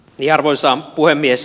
arvoisa puhemies